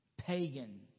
pagan